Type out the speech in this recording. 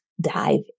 dive